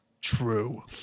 true